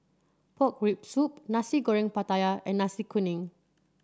Pork Rib Soup Nasi Goreng Pattaya and Nasi Kuning